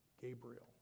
Gabriel